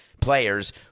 players